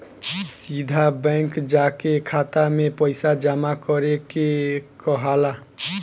सीधा बैंक जाके खाता में पइसा जामा करे के कहाला